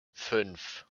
fünf